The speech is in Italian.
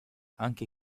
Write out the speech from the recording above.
anche